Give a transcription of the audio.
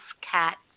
cat